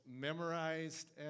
memorized